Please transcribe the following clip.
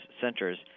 centers